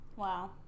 Wow